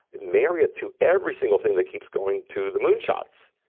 marry it to every single thing that keeps going to the moon shots.